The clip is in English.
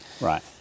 Right